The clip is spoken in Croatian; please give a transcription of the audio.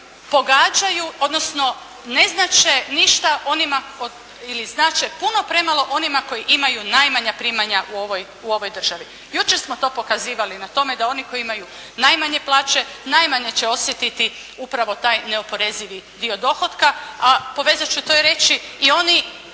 pogađaju, odnosno ne znače ništa onima ili znače puno premalo onima koji imaju najmanja primanja u ovoj državi. Jučer smo to pokazivali na tome da oni koji imaju najmanje plaće najmanje će osjetiti upravo taj neoporezivi dio dohotka, a povezat ću to i reći i oni